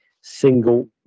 single